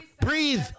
breathe